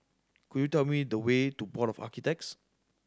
could you tell me the way to Board of Architects